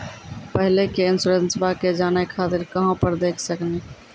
पहले के इंश्योरेंसबा के जाने खातिर कहां पर देख सकनी?